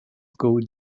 code